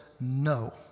no